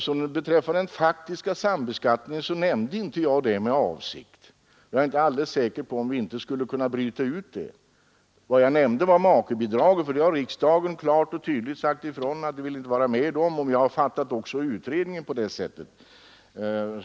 Den faktiska sambeskattningen, herr Josefson i Arrie, nämnde jag inte med avsikt. Jag är inte alldeles säker på att vi inte skulle kunna bryta ut den. Vad jag nämnde var makebidraget, för riksdagen har klart och tydligt sagt ifrån att den inte vill vara med om det, och jag har fattat också utredningen på det sättet.